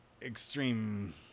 extreme